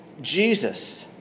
Jesus